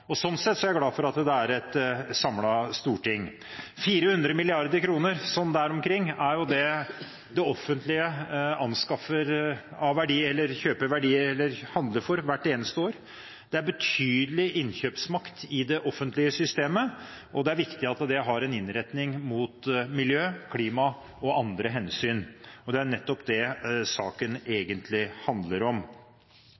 ha. Sånn sett er jeg glad for at Stortinget er samlet. 400 mrd. kr – eller der omkring – er det det offentlige handler for hvert eneste år. Det er en betydelig innkjøpsmakt i det offentlige systemet, og det er viktig at det har en innretning mot miljø- og klimahensyn. Det er nettopp det saken